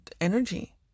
energy